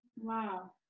Wow